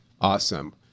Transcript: Awesome